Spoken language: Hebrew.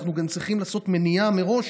אנחנו גם צריכים לעשות מניעה מראש,